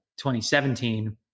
2017